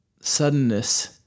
suddenness